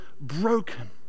broken